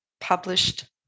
published